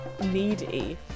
needy